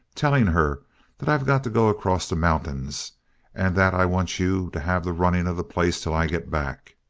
telling her that i've got to go across the mountains and that i want you to have the running of the place till i get back.